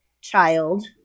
child